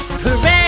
parade